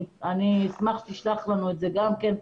אני אשמח אם תשלח את זה גם לנו,